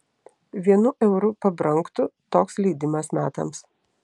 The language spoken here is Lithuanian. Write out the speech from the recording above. vienu euru pabrangtų toks leidimas metams